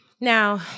Now